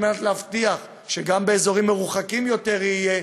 על מנת להבטיח שגם באזורים מרוחקים יותר זה יהיה,